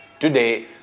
Today